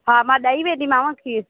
हा मां ॾेई वेंदीमाव खीर